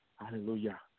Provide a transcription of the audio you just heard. Hallelujah